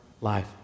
life